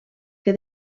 que